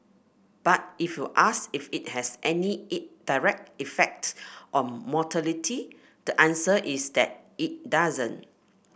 but if you ask if it has any it direct effect on mortality the answer is that it doesn't